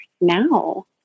now